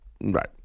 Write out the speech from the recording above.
Right